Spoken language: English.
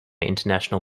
international